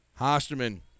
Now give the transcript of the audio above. Hosterman